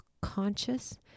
conscious